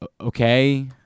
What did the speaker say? Okay